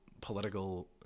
political